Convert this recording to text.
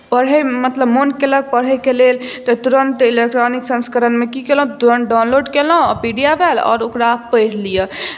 पढ़यमे मतलब मोन केलक पढ़यके लेल तऽ तुरन्त इलेक्ट्रॉनिक संस्करणमे की केलहुँ तुरन्त डाउनलोड केलहुँ आ पी डी एफ आयल आओर ओकरा पढ़ि लिअ